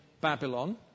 Babylon